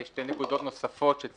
יש שתי נקודות נוספות שאני